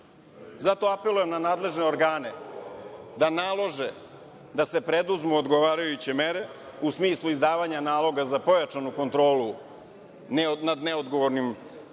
Zato apelujem na nadležne organe da nalože da se preduzmu odgovarajuće mere, u smislu izdavanja naloga za pojačanu kontrolu nad neodgovornim vlasnicima,